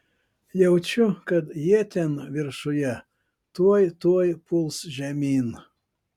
jaučiu kad jie ten viršuje tuoj tuoj puls žemyn